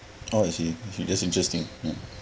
oh is he it does interesting ya